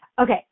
Okay